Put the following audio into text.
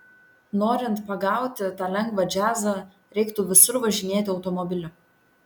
norint pagauti tą lengvą džiazą reiktų visur važinėti automobiliu